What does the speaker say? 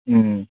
ꯎꯝ